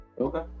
Okay